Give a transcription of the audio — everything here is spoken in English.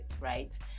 right